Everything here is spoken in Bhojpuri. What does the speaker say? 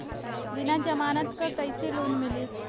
बिना जमानत क कइसे लोन मिली?